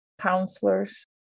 counselors